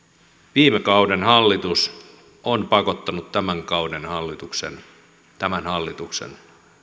viime kauden hallitus on pakottanut tämän kauden hallituksen tämän hallituksen